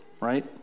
right